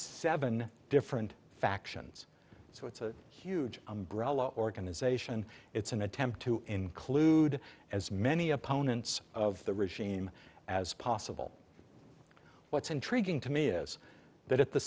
seven different factions so it's a huge umbrella organization it's an attempt to include as many opponents of the regime as possible what's intriguing to me is that at the